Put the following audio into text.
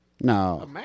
No